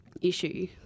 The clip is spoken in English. issue